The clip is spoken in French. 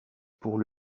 pour